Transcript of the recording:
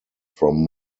from